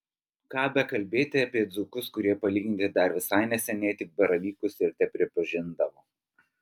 ką bekalbėti apie dzūkus kurie palyginti dar visai neseniai tik baravykus ir tepripažindavo